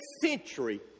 century